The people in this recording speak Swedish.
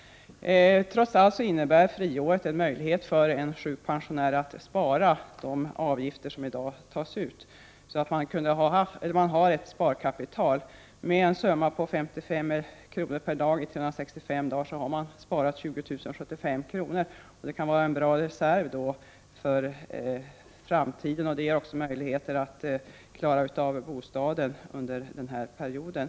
Trots allt innebär friåret en möjlighet för en sjuk pensionär att spara de avgifter som i dag tas ut och få ett sparkapital. 55 kr. om dagen i 365 dagar är 20 075 kr., och det kan vara en bra reserv för framtiden. Det ger också en möjlighet att klara bostaden under den aktuella perioden.